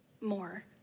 more